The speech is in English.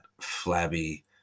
flabby